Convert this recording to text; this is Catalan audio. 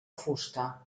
fusta